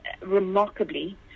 remarkably